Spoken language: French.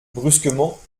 brusquement